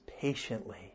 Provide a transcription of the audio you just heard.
patiently